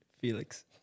Felix